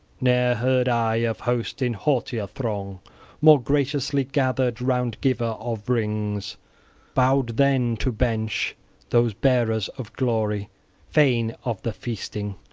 ne'er heard i of host in haughtier throng more graciously gathered round giver-of-rings! bowed then to bench those bearers-of-glory, fain of the feasting.